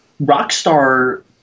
rockstar